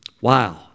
Wow